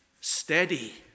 steady